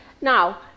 now